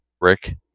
Rick